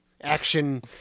action